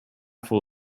full